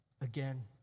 again